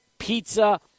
pizza